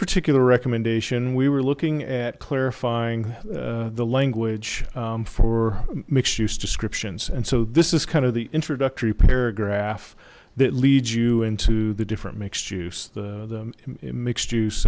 particular recommendation we were looking at clarifying the language for mixed use descriptions and so this is kind of the introductory paragraph that leads you into the different mixed juice the mixed juice